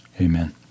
amen